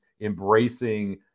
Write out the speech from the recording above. embracing